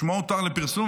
שמו הותר לפרסום,